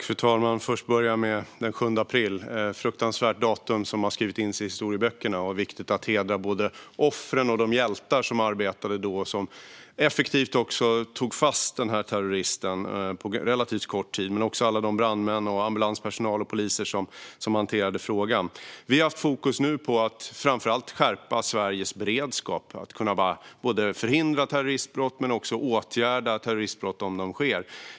Fru talman! Först börjar jag med den 7 april. Det är ett fruktansvärt datum som har skrivit in sig i historieböckerna, och det är viktigt att hedra både offren och de hjältar som arbetade då och effektivt tog fast terroristen på relativt kort tid. Det gäller också alla de brandmän, ambulanspersonal och poliser som hanterade frågan. Vi har nu haft fokus på att framför allt skärpa Sveriges beredskap för att förhindra terroristbrott och åtgärda terroristbrott om de sker.